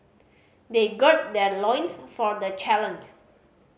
they gird their loins for the challenge